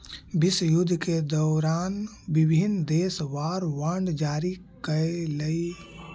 विश्वयुद्ध के दौरान विभिन्न देश वॉर बॉन्ड जारी कैलइ